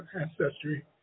ancestry